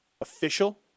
official